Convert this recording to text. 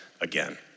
again